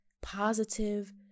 positive